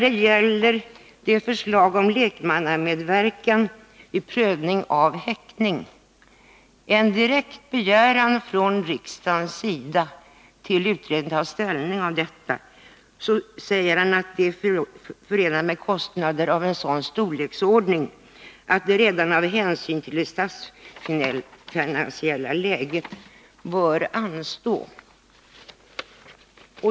Beträffande det förslag om lekmannamedverkan vid prövning av häktning — en direkt begäran från riksdagens sida till utredningen att ta ställning till detta — skriver dåvarande departementschefen att det är förenat med kostnader av en sådan storleksordning att det redan med hänsyn till det statsfinansiella läget bör anstå.